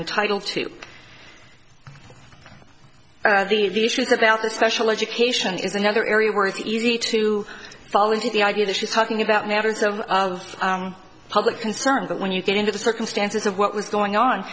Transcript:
entitled to the view she was about the special education is another area where it's easy to fall into the idea that she's talking about matters of public concern but when you get into the circumstances of what was going on